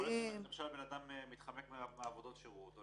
יכול להיות שאדם מתחמק מעבודות שירות או